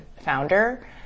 founder